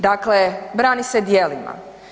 Dakle, brani se djelima.